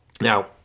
Now